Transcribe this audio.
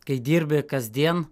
kai dirbi kasdien